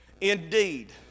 indeed